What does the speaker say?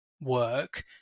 work